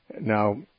Now